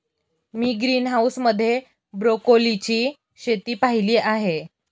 मी greenhouse मध्ये ब्रोकोलीची शेती पाहीली आहे